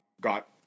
got